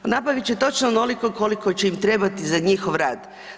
Nabavit će točno onoliko koliko će im trebati za njihov rad.